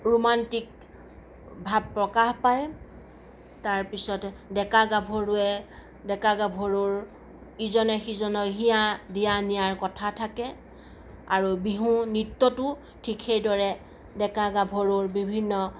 romantic ভাৱ প্ৰকাশ পায় তাৰ পিছতে ডেকা গাভৰুৱে ডেকা গাভৰুৰ ইজনে সিজনৰ হিয়া দিয়া নিয়াৰ কথা থাকে আৰু বিহু নৃত্যতো সেইদৰে ডেকা গাভৰুৰ বিভিন্ন